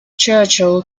churchill